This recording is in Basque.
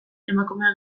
emakume